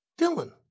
Dylan